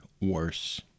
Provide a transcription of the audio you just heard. worse